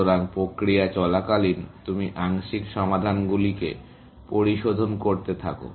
সুতরাং প্রক্রিয়া চলাকালীন তুমি আংশিক সমাধানগুলিকে পরিশোধন করতে থাকো